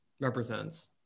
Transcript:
represents